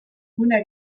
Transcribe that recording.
una